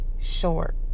short